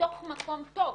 מתוך מקום טוב,